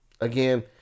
Again